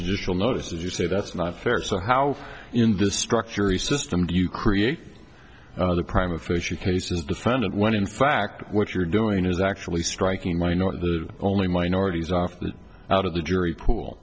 vishal notices you say that's not fair so how in the structure of the system do you create the crime of fishy cases defendant when in fact what you're doing is actually striking why not the only minorities off the out of the jury pool